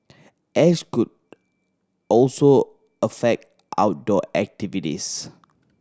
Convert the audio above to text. ash could also affect outdoor activities